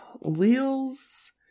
Wheels